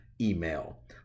email